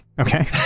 Okay